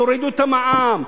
תורידו את המע"מ,